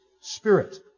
spirit